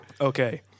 Okay